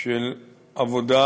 של עבודה